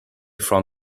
from